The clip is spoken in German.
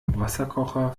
wasserkocher